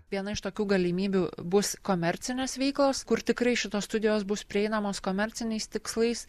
viena iš tokių galimybių bus komercinės veiklos kur tikrai šitos studijos bus prieinamos komerciniais tikslais